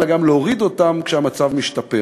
אלא גם להוריד אותם כשהמצב משתפר.